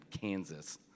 Kansas